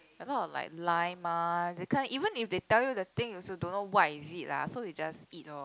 a lot of like lime mah that kind even if they tell you the thing you also don't know what is it lah so we just eat lor